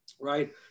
right